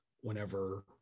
whenever